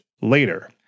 later